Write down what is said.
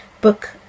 book